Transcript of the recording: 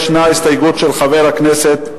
יש הסתייגות של חבר הכנסת,